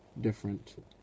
different